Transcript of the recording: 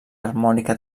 harmònica